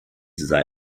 sei